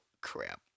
crap